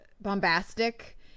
bombastic